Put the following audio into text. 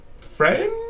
friend